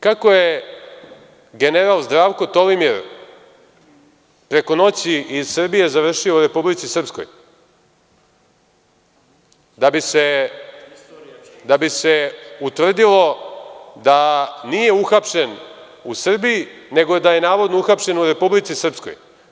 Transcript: Kako je general Zdravko Tolimir preko noći iz Srbije završio u Republici Srpskoj, da bi se utvrdilo da nije uhapšen u Srbiji, nego da je navodno uhapšen u Republici Srpskoj?